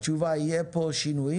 התשובה היא שיהיו פה שינויים.